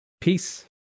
Peace